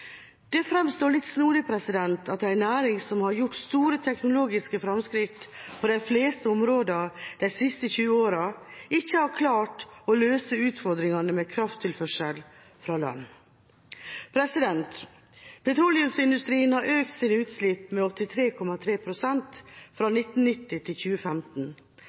Det framstår som litt snodig at en næring som har gjort store teknologiske framskritt på de fleste områdene de siste 20 årene, ikke har klar tå løse utfordringene med krafttilførsel fra land. Petroleumsindustrien har økt sine utslipp med 83,3 pst. fra 1990 til 2015.